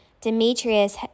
Demetrius